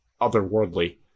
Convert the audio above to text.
otherworldly